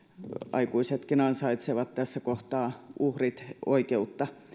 aikuisetkin ansaitsevat tässä kohtaa uhrit oikeutta